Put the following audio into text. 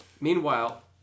Meanwhile